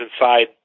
inside